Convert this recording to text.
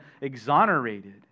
exonerated